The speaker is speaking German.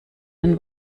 den